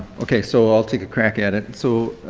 okay, so i'll take a crack at it. so,